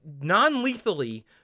non-lethally